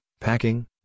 packing